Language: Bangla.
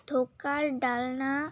ধোকার ডালনা